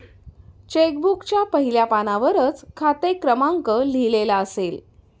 check बुकच्या पहिल्या पानावरच खाते क्रमांक लिहिलेला असेल